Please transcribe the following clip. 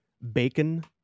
Bacon